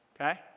okay